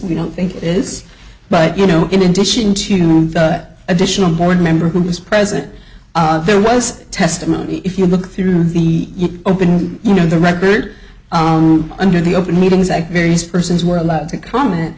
we don't think it is but you know in addition to the additional board member who was present there was testimony if you look through the open you know the record under the open meetings that various persons were allowed to comment